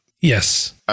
Yes